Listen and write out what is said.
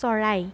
চৰাই